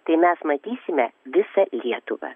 tai mes matysime visą lietuvą